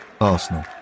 Arsenal